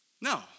No